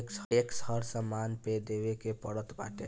tax हर सामान पे देवे के पड़त बाटे